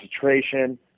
concentration